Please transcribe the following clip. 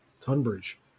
Tunbridge